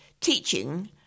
teaching